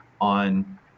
on